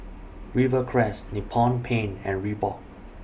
Rivercrest Nippon Paint and Reebok